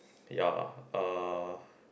ya uh